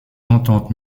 entente